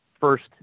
first